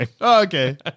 Okay